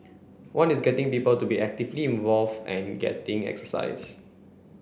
one is getting people to be actively involve and getting exercise